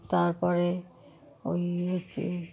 তার পরে ওই হচ্ছে